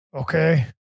okay